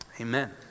amen